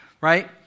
Right